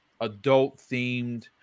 adult-themed